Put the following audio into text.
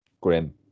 Grim